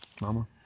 Mama